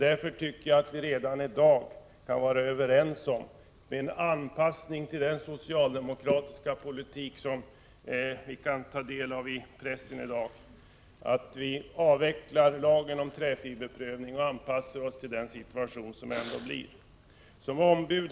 Därför tycker jag att vi redan i dag — med en anpassning till den socialdemokratiska politik som vi kan ta del av i pressen i dag — kan vara överens om att avveckla lagen om träfiberprövning, så att vi anpassar oss till den situation som kommer att råda.